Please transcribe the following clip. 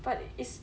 but is